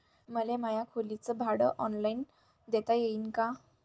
मले माया खोलीच भाड ऑनलाईन देता येईन का?